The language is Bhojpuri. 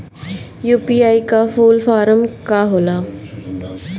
यू.पी.आई का फूल फारम का होला?